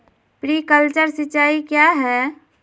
Sprinkler सिंचाई क्या है?